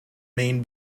main